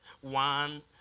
one